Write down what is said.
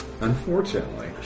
Unfortunately